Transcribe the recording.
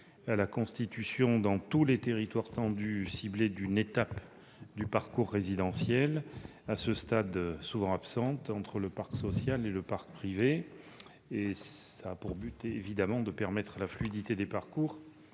à la constitution, dans tous les territoires tendus ciblés, d'une étape du parcours résidentiel, étape à ce stade souvent absente, entre le parc social et le parc privé. Cette mesure a pour objectif de permettre la fluidité des parcours